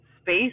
space